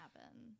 happen